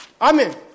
Amen